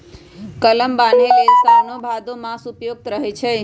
कलम बान्हे लेल साओन भादो मास उपयुक्त रहै छै